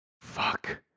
Fuck